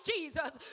Jesus